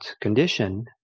condition